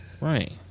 Right